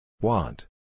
Want